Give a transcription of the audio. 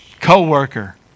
Co-worker